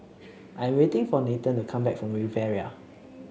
I'm waiting for Nathen to come back from Riviera